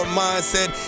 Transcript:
mindset